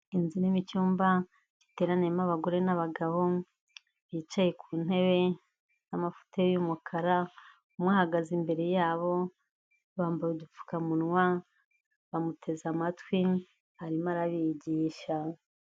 Inzu irimo icyumba giteraniyemo abagore n'abagabo, bicaye ku ntebe y'amafoteyi y'umukara umwe, ahagaze imbere yabo, bambaye udupfukamunwa, bamuteze amatwi, arimo arabigisha.